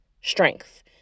strength